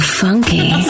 funky